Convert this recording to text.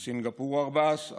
סינגפור, 14,